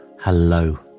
hello